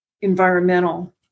environmental